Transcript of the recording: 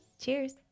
Cheers